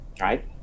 right